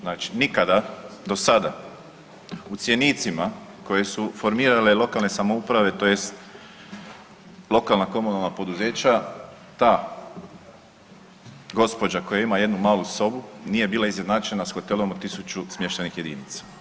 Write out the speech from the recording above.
Znači nikada do sada u cjenicima koje su formirale lokalne samouprave tj. lokalna komunalna poduzeća, ta gospođa koja ima jednu malu sobu nije bila izjednačena s hotelom od 1000 smještajnih jedinica.